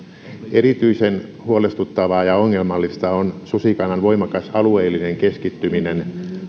erityisen huolestuttavaa ja ongelmallista on susikannan voimakas alueellinen keskittyminen